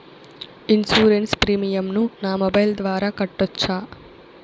Insurance premium ను నా mobile ద్వారా కట్టొచ్చా?